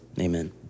Amen